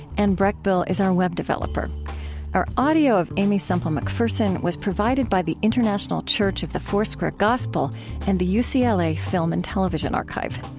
anne breckbill is our web developer our audio of aimee semple mcpherson was provided by the international church of the foursquare gospel and the yeah ucla film and television archive.